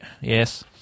Yes